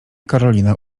karolina